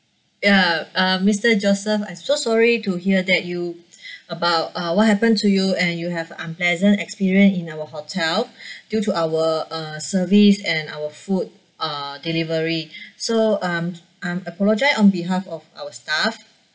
ya um mister joseph I'm so sorry to hear that you about uh what happened to you and you have unpleasant experience in our hotel due to our uh service and our food uh delivery so I'm I'm apologise on behalf of our staff